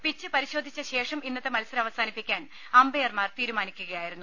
pitch പരിശോധിച്ച ശേഷം ഇന്നത്തെ മത്സരം അവസാനിപ്പിക്കാൻ അമ്പെയർമാർ തീരുമാനിക്കുകയാ യിരുന്നു